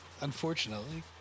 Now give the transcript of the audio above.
Unfortunately